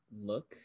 look